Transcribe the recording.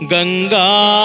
Ganga